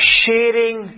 sharing